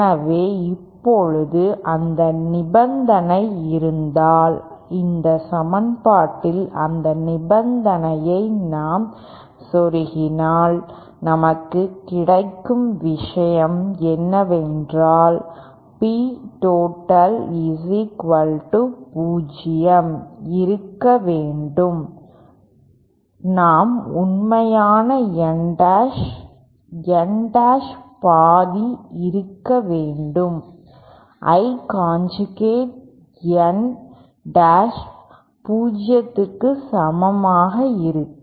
எனவே இப்போது அந்த நிபந்தனை இருந்தால் இந்த சமன்பாட்டில் அந்த நிபந்தனையை நாம் செருகினால் நமக்கு கிடைக்கும் விஷயம் என்னவென்றால் P total 0 இருக்க வேண்டும் நாம் உண்மையான N டாஷ் N டாஷ் பாதி இருக்க வேண்டும் I காஞ்சுகேட் N டாஷ் 0 க்கு சமமாக இருக்க